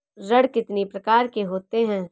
ऋण कितनी प्रकार के होते हैं?